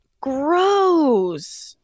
gross